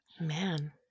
Man